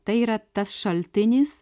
tai yra tas šaltinis